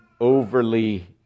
overly